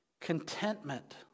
Contentment